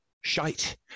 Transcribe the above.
shite